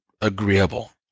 agreeable